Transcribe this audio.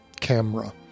camera